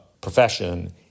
profession